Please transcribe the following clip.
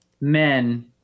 men